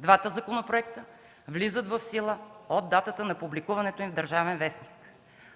двата законопроекта влизат в сила от датата на публикуването им в „Държавен вестник”.